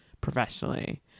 professionally